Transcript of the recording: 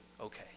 okay